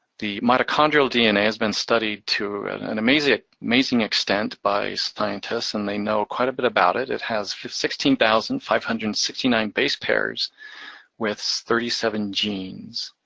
the mitochondrial dna has been studied to an amazing amazing extent by scientists and they know quite a bit about it. it has sixteen thousand five hundred and sixty nine base pairs with thirty seven genes.